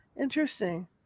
Interesting